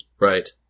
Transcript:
Right